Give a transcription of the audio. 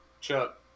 Chuck